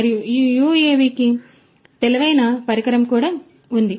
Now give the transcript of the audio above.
మరియు ఈ యుఎవికి తెలివైన పరికరం కూడా ఉంది